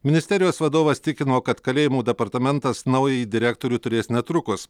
ministerijos vadovas tikino kad kalėjimų departamentas naująjį direktorių turės netrukus